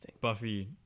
Buffy